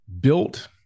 built